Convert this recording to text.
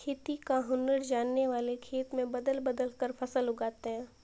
खेती का हुनर जानने वाले खेत में बदल बदल कर फसल लगाते हैं